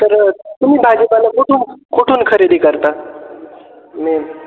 तर तुम्ही भाजीपाला कुठून कुठून खरेदी करता मेन